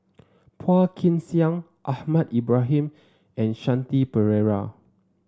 Phua Kin Siang Ahmad Ibrahim and Shanti Pereira